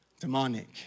demonic